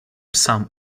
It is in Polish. sam